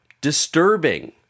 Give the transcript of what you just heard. disturbing